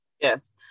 yes